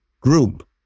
group